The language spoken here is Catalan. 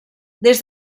des